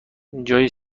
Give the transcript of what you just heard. جای